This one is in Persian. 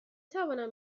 توانم